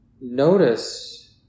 notice